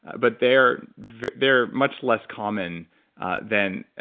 but they're they're much less common than.